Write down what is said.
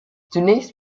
zunächst